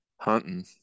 hunting